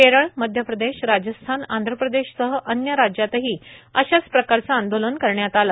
केरळ मध्यप्रदेश राजस्थान आंध्रप्रदेशसह अन्न्य राज्यातही अशाच प्रकारचं आंदोलन करण्यात आलं